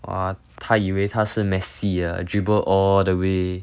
!wah! 他以为他是 messi ah dribble all the way